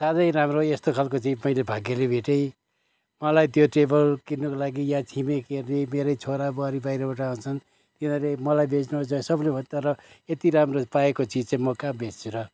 साह्रै राम्रो यस्तो खालको चाहिँ मैले भाग्यले भेटेँ मलाई त्यो टेबल किन्नुको लागि यहाँ छिमेकीहरूले मेरै छोरा बुहारी बाहिरबाट आउँछन् तिनीहरूले मलाई बेच्नुहोस् चाहिँ सबले भन्छ तर यति राम्रो पाएको चिज चाहिँ म कहाँ बेच्छु र